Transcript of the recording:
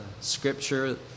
Scripture